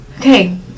Okay